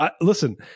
listen